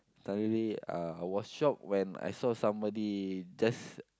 thoroughly uh wash up when I saw somebody just